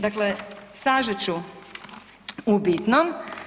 Dakle, sažet ću u bitnom.